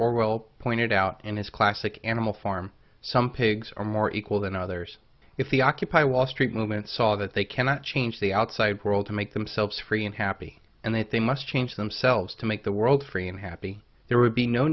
orwell pointed out in his classic animal farm some pigs are more equal than others if the occupy wall street movement saw that they cannot change the outside world to make themselves free and happy and that they must change themselves to make the world free and happy there would be no